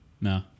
No